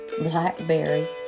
blackberry